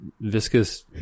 viscous